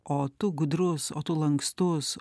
o tu gudrus o tu lankstus